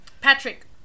Patrick